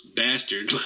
bastard